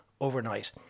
overnight